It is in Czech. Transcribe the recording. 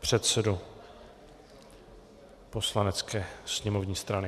předsedu poslanecké sněmovní strany.